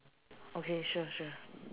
okay sure sure